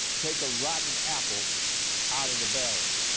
take a rotten apple out of the barrel.